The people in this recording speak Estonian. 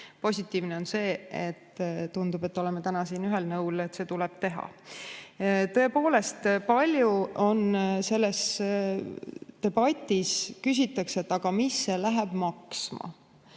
Positiivne on see, et tundub, et oleme täna siin ühel nõul, et seda tuleb teha. Tõepoolest, palju on selles debatis küsitud, mida see maksma